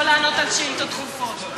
לא לענות על שאילתות דחופות.